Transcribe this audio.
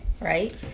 right